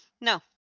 No